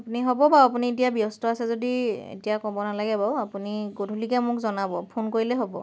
আপুনি হ'ব বাৰু আপুনি এতিয়া ব্যস্ত আছে যদি এতিয়া ক'ব নালাগে বাৰু আপুনি গধূলিকৈ মোক জনাব ফোন কৰিলেই হ'ব